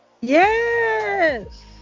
yes